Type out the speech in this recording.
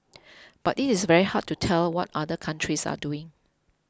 but it is very hard to tell what other countries are doing